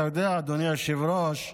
אתה יודע, אדוני היושב-ראש,